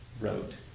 wrote